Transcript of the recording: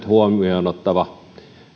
huomioon ottava